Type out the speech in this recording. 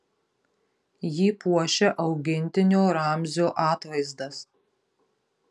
jį puošia augintinio ramzio atvaizdas